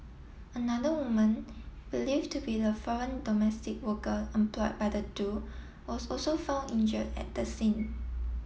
another woman believe to be the foreign domestic worker employ by the two was also found injured at the scene